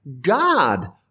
God